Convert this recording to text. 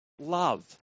love